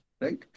right